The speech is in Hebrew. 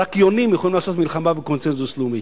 ורק יונים יכולים לעשות מלחמה בקונסנזוס לאומי.